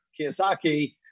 Kiyosaki